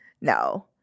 no